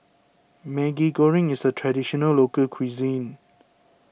Maggi Goreng is a Traditional Local Cuisine